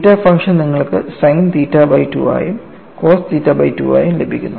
തീറ്റ function നിങ്ങൾക്ക് sine theta by 2 ആയും cos theta by 2 ആയും ലഭിക്കുന്നു